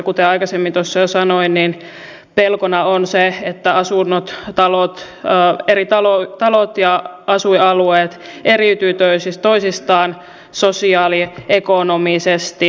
kuten tuossa jo aikaisemmin sanoin pelkona on se että asunnot talot ja asuinalueet eriytyvät toisistaan sosioekonomisesti